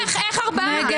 מי נמנע?